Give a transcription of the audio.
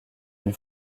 une